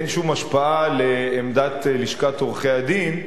אין שום השפעה לעמדת לשכת עורכי-הדין.